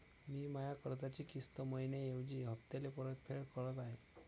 मी माया कर्जाची किस्त मइन्याऐवजी हप्त्याले परतफेड करत आहे